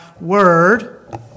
word